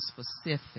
specific